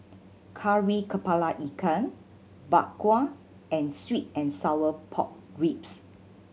Kari Kepala Ikan Bak Kwa and sweet and sour pork ribs